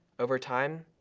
over time,